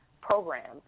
programs